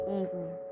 evening